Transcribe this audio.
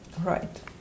Right